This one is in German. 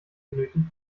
benötigt